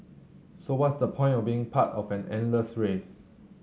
so what's the point of being part of an endless race